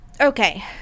Okay